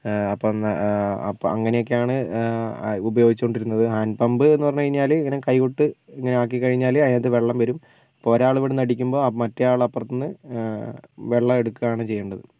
അപ്പം അങ്ങനെയൊക്കെയാണ് ഉപയോഗിച്ചുകൊണ്ടിരുന്നത് ഹാൻഡ് പമ്പ് എന്നുപറഞ്ഞുകഴിഞ്ഞാൽ ഇങ്ങനെ കൈവിട്ട് ഇങ്ങനെ ആക്കിക്കഴിഞ്ഞാൽ അതിനകത്ത് വെള്ളം വരും ഒരാൾ ഇവിടെന്ന് അടിക്കുമ്പോൾ മറ്റെയാൾ അപ്പുറത്തിന്ന് വെള്ളം എടുക്കാണ് ചെയ്യേണ്ടത്